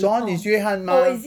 john is 约翰吗